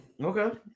Okay